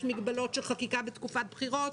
יש מגבלות על חקיקה בתקופת בחירות,